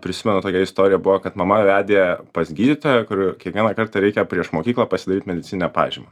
prisimenu tokia istorija buvo kad mama vedė pas gydytoją kur kiekvieną kartą reikia prieš mokyklą pasidaryt medicininę pažymą